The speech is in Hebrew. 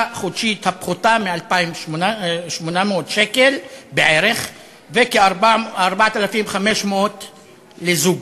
חודשית הפחותה מ-2,800 שקל בערך וכ-4,500 לזוג.